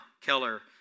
Keller